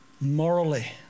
morally